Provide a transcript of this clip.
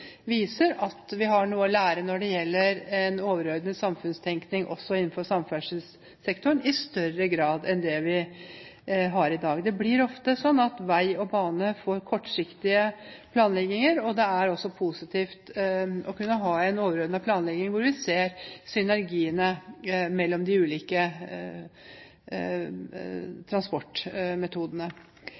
viser at vi har noe å lære når det gjelder en overordnet samfunnstenkning, også innenfor samferdselssektoren, i større grad enn vi har i dag. Det blir ofte slik at vei og bane får kortsiktige planlegginger, og det er også positivt å kunne ha en overordnet planlegging hvor vi ser synergiene mellom de ulike transportmetodene.